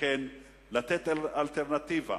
לתקן ולתת אלטרנטיבה